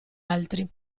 altri